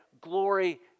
glory